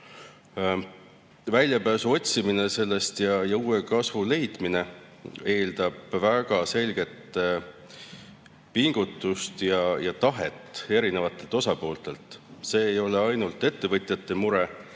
Väljapääsu otsimine sellest ja uue kasvu leidmine eeldab väga selget pingutust ja tahet erinevatelt osapooltelt. See ei ole ainult ettevõtjate mure,